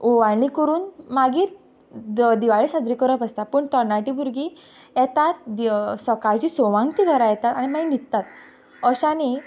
ओवाळणी करून मागीर दिवाळी साजरी करप आसता पूण तरणाटी भुरगीं येतात सकाळची सवांक तीं घरां येतात आनी मागीर तीं न्हिदतात अशांनी